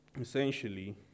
essentially